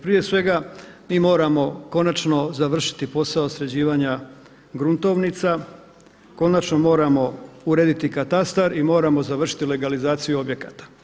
Prije svega mi moramo konačno završiti posao sređivanja gruntovnica, konačno moramo urediti katastar i moramo završiti legalizaciju objekata.